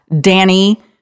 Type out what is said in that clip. Danny